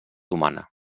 humana